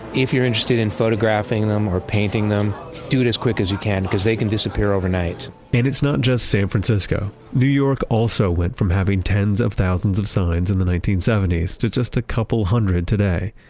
if you're interested in photographing them or painting them do it as quick as you can because they can disappear overnight and it's not just san francisco. new york also went from having tens of thousands of signs in the nineteen seventy s to just a couple hundred today.